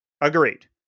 Agreed